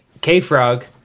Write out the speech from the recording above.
K-Frog